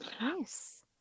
Nice